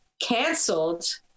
canceled